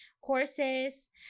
courses